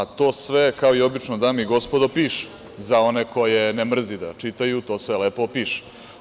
To sve, kao i obično, dame i gospodo piše za one koje ne mrzi da čitaju, to sve lepo piše.